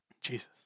Jesus